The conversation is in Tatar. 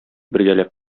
бергәләп